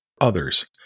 others